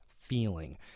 feeling